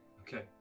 Okay